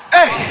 Hey